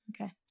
Okay